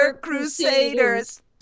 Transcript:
Crusaders